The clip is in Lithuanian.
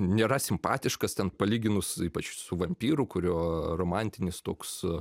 nėra simpatiškas ten palyginus ypač su vampyru kurio romantinis toks